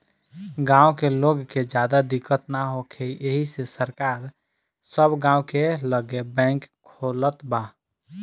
गाँव के लोग के ज्यादा दिक्कत ना होखे एही से सरकार सब गाँव के लगे बैंक खोलत बा